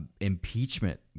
impeachment